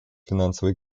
финансово